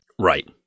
Right